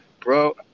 Bro